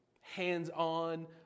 hands-on